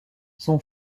son